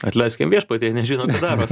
atleisk jam viešpatie jie nežino ką daro